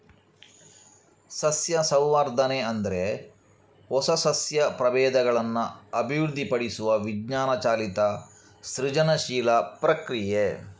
ಸಸ್ಯ ಸಂವರ್ಧನೆ ಅಂದ್ರೆ ಹೊಸ ಸಸ್ಯ ಪ್ರಭೇದಗಳನ್ನ ಅಭಿವೃದ್ಧಿಪಡಿಸುವ ವಿಜ್ಞಾನ ಚಾಲಿತ ಸೃಜನಶೀಲ ಪ್ರಕ್ರಿಯೆ